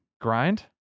grind